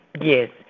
Yes